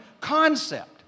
concept